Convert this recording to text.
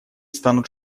станут